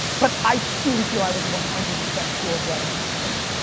but i truly feel i was one hundred percent purebred entrepreneur.